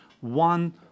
one